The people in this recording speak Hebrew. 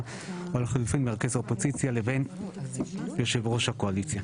או לחילופין מרכז האופוזיציה לבין יושב ראש הקואליציה'.